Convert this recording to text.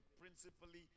principally